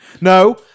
No